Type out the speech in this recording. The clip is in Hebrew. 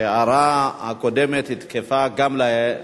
אבל את ביקשת, אז אנחנו מעבירים את זה לוועדת